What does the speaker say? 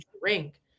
drink